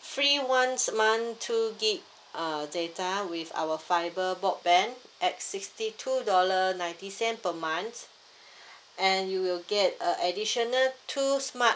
free one month two gig uh data with our fibre broadband at sixty two dollar ninety cent per month and you will get uh additional two smart